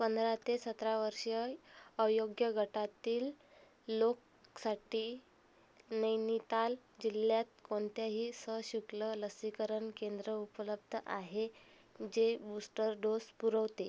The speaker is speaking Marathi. पंधरा ते सतरा वर्षीय अयोग्य गटातील लोकसाठी नैनिताल जिल्ह्यात कोणत्याही सशुल्क लसीकरण केंद्र उपलब्ध आहे जे बूस्टर डोस पुरवते